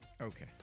Okay